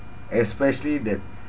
especially that